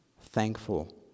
thankful